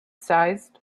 sized